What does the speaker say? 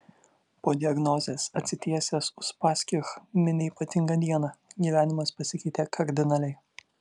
po diagnozės atsitiesęs uspaskich mini ypatingą dieną gyvenimas pasikeitė kardinaliai